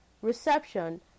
Reception